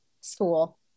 school